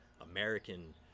American